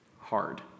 hard